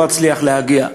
לא אצליח להגיע.